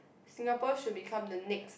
Singapore should become the next